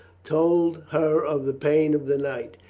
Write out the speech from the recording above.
told her of the pain of the night.